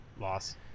loss